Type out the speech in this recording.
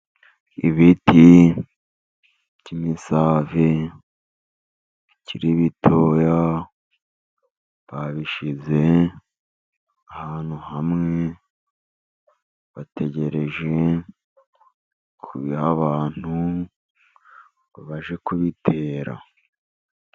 Ibiti by'imisave bikiri bitoya, babishyize ahantu hamwe, bategereje kubiha abantu ngo bajye kubitera.